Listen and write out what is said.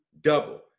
double